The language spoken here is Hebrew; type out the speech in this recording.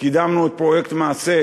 קידמנו את פרויקט מעש"ה,